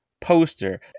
poster